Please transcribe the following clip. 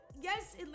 Yes